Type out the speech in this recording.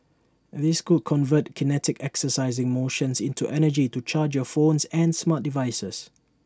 these could convert kinetic exercising motions into energy to charge your phones and smart devices